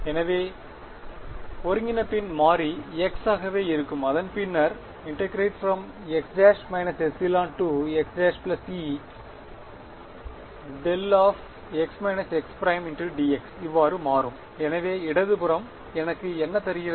எனவே ஒருங்கிணைப்பின் மாறி x ஆகவே இருக்கும் அது பின்னர் x′ εx′εx x′dx இவ்வாறு மாறும் எனவே இடது புறம் எனக்கு என்ன தருகிறது